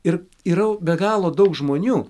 ir yrau be galo daug žmonių